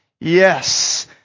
Yes